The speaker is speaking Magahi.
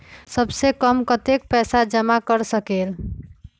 सबसे कम कतेक पैसा जमा कर सकेल?